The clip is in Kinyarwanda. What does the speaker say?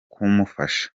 kumufasha